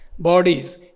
bodies